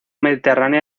mediterránea